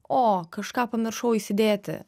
o kažką pamiršau įsidėti